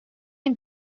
and